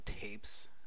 tapes